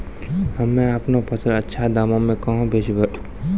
हम्मे आपनौ फसल अच्छा दामों मे कहाँ बेचबै?